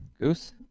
Goose